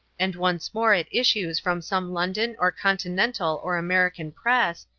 and once more it issues from some london or continental or american press,